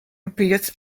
appeared